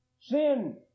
Sin